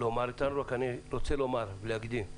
אני רק רוצה להקדים ולומר,